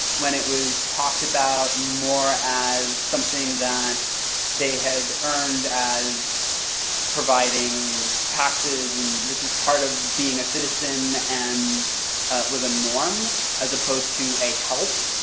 when it was talked about more as something that they had earned as providing taxes, and this is part of being a citizen and was the norm as opposed to a help,